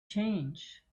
change